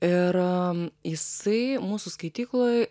ir jisai mūsų skaitykloj